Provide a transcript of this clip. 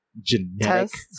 genetic